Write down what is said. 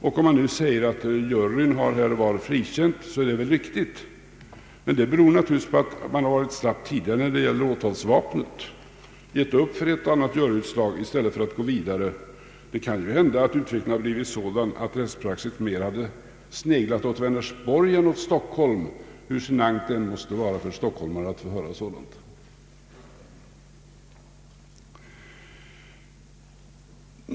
Om man nu säger att juryn här och var frikänt så är det väl riktigt, men det beror naturligtvis på att man har varit slapp tidigare när det gäller åtalsvapnet — gett upp efter ett och annat juryutslag i stället för att gå vidare till högre instans. Det kan ju hända att utvecklingen hade blivit sådan att rättspraxis mera hade sneglat åt Vänersborg än åt Stockholm, hur genant det än måste vara för stockholmare att höra sådant.